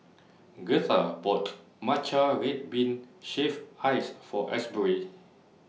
Gertha bought Matcha Red Bean Shaved Ice For Asbury